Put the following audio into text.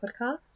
podcast